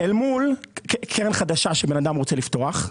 אל מול קרן חדשה שאדם רוצה לפתוח,